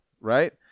right